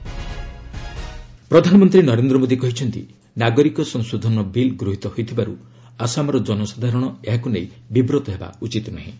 PM Assam ପ୍ରଧାନମନ୍ତ୍ରୀ ନରେନ୍ଦ୍ର ମୋଦି କହିଛନ୍ତି ନାଗରିକ ସଂଶୋଧନ ବିଲ୍ ଗୃହୀତ ହୋଇଥିବାରୁ ଆସାମର ଜନସାଧାରଣ ଏହାକୁ ନେଇ ବିବ୍ରତ ହେବା ଉଚିତ୍ ନୁହେଁ